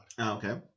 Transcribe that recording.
okay